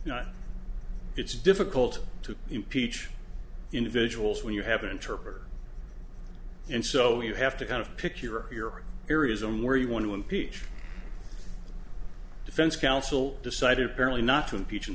you know it's difficult to impeach individuals when you have an interpreter and so you have to kind of pick your areas on where you want to impeach defense counsel decided fairly not to impeach in